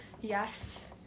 Yes